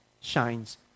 shines